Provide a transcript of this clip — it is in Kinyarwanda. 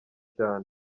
cyane